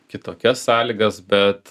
kitokias sąlygas bet